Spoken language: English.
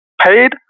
paid